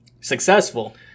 successful